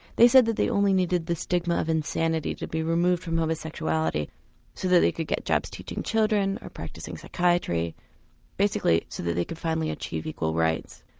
they said that they only needed the stigma of insanity to be removed from homosexuality so that they could get jobs teaching children or practising psychiatry basically so that they could finally achieve equal rights.